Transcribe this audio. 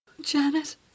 Janet